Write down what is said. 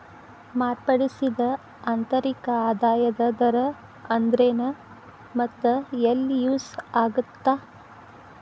ಮಾರ್ಪಡಿಸಿದ ಆಂತರಿಕ ಆದಾಯದ ದರ ಅಂದ್ರೆನ್ ಮತ್ತ ಎಲ್ಲಿ ಯೂಸ್ ಆಗತ್ತಾ